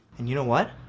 and you know what?